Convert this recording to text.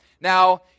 Now